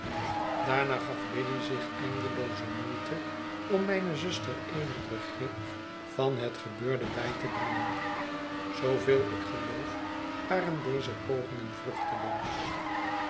daarna gaf biddy zich eindelooze moeite om mijne zuster eenig begrip van het gebeurde bij te brengen zooveel ik geioof waren deze pogingen